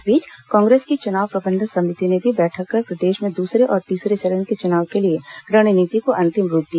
इस बीच कांग्रेस की चुनाव प्रबंधन समिति ने भी बैठक कर प्रदेश में दूसरे और तीसरे चरण के चुनाव के लिए रणनीति को अंतिम रूप दिया